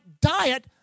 diet